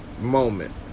moment